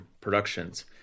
productions